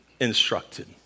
instructed